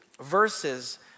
verses